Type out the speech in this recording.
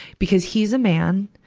because he's a man.